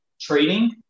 trading